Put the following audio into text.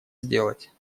сделать